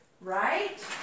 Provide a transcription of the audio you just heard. right